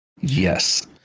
yes